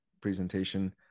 presentation